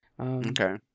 Okay